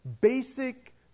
basic